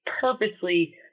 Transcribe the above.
purposely